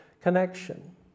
connection